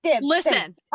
listen